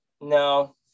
No